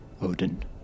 Odin